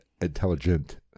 intelligent